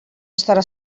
estarà